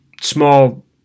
small